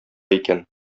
икән